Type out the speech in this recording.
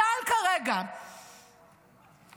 צה"ל כרגע מסורס,